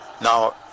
Now